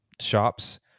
shops